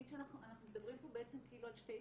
אנחנו מדברים פה בעצם כאילו על שתי תוכניות.